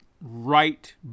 right